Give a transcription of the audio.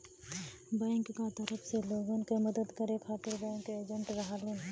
bank क तरफ से लोगन क मदद करे खातिर बैंकिंग एजेंट रहलन